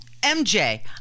MJ